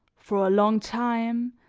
for a long time,